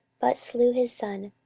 but slew his son.